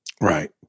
Right